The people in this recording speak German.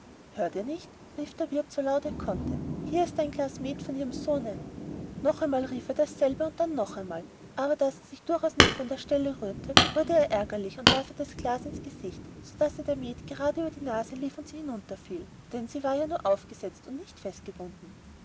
hört ihr nicht rief der wirt so laut er konnte hier ist ein glas meth von ihrem sohne noch einmal rief er dasselbe und dann noch einmal aber da sie sich durchaus nicht von der stelle rührte wurde er ärgerlich und warf ihr das glas in das gesicht sodaß ihr der meth gerade über die nase lief und sie hintenüber fiel denn sie war nur aufgesetzt und nicht festgebunden